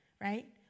right